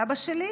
סבא שלי,